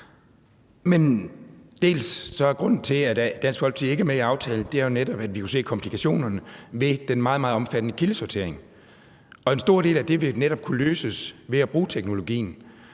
En del af grunden til, at Dansk Folkeparti ikke er med i aftalen, er jo netop, at vi kan se komplikationerne ved den meget, meget omfattende kildesortering, og en stor del af det vil netop kunne løses ved at bruge teknologien.